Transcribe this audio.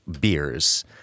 beers